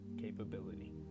capability